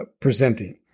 presenting